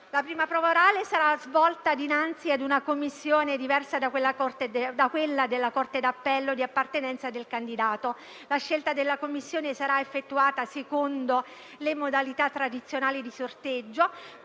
La prima prova orale sarà svolta dinanzi a una commissione diversa da quella della corte d'appello di appartenenza del candidato. La scelta della commissione sarà effettuata secondo le modalità tradizionali di sorteggio,